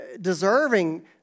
deserving